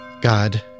God